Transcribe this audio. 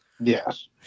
Yes